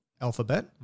alphabet